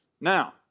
Now